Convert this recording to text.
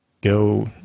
go